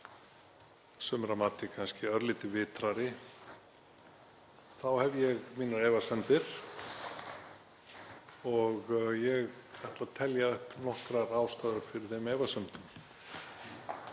sumra mati kannski örlítið vitrari þá hef ég mínar efasemdir og ég ætla að telja upp nokkrar ástæður fyrir þeim efasemdum.